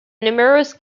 numerous